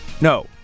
No